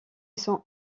sont